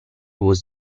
was